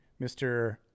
Mr